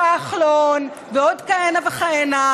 כחלון ועוד כהנה וכהנה,